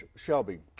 shelby,